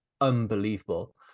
unbelievable